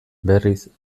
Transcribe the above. berriz